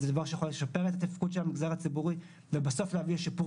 זה דבר שיכול לשפר את התפקוד של המגזר הציבורי ובסוף להביא לשיפור